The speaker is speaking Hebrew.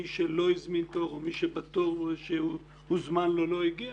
מי שלא הזמין תור או מי שהוזמן ולא הגיע,